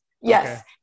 yes